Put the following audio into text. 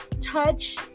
Touch